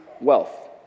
wealth